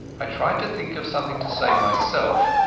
i tried to think of something to say myself,